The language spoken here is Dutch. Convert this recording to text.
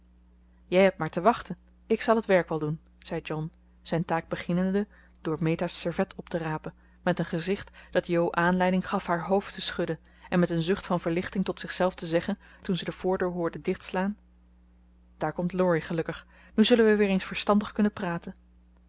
jij hebt maar te wachten ik zal het werk wel doen zei john zijn taak beginnende door meta's servet op te rapen met een gezicht dat jo aanleiding gaf haar hoofd te schudden en met een zucht van verlichting tot zichzelf te zeggen toen ze de voordeur hoorde dichtslaan daar komt laurie gelukkig nu zullen we weer eens verstandig kunnen praten